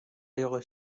early